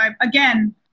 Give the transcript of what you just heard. again